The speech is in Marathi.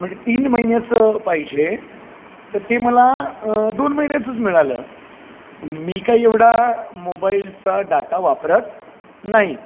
म्हणजे तीन महिन्याचं पाहिजे तर ते मला दोन महिन्याचंच मिळालं मी काय एवढा मोबाईलचा डाटा वापरत नाही